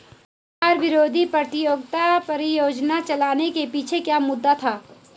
कर विरोधी प्रतियोगिता परियोजना चलाने के पीछे क्या मुद्दा था?